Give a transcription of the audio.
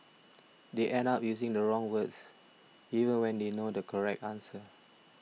they end up using the wrong words even when they know the correct answer